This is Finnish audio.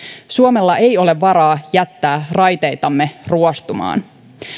suomella ei ole varaa jättää raiteitansa ruostumaan